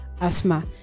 asthma